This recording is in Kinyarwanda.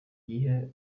gihe